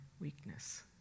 weakness